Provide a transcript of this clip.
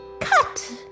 cut